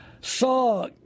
Saw